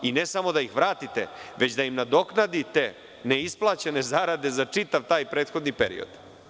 I ne samo da ih vratite, već da im nadoknadite neisplaćene zarade za čitav taj prethodni period.